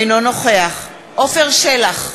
אינו נוכח עפר שלח,